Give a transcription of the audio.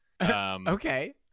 okay